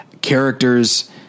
characters